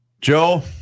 Joe